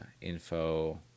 info